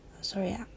sorry